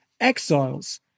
exiles